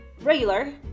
regular